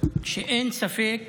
שאין ספק